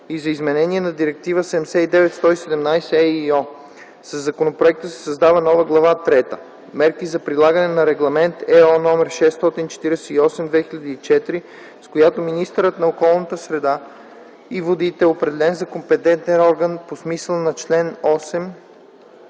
и за изменение на Директива 79/117/ЕИО. Със законопроекта се създава нова Глава трета – Мерки за прилагане на Регламент (ЕО) № 648/2004, с която министърът на околната среда и водите е определен за компетентен орган по смисъла на чл. 8,